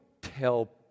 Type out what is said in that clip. tell